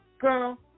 girl